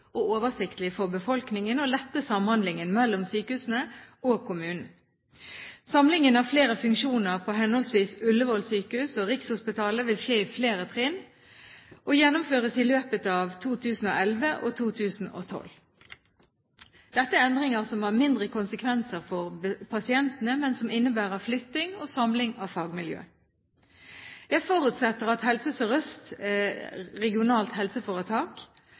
og oversiktlige for befolkningen og lette samhandlingen mellom sykehusene og kommunen. Samlingen av flere funksjoner på henholdsvis Ullevål sykehus og Rikshospitalet vil skje i flere trinn og gjennomføres i løpet av 2011 og 2012. Dette er endringer som har mindre konsekvenser for pasientene, men som innebærer flytting og samling av fagmiljøer. Jeg forutsetter at Helse